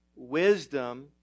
Wisdom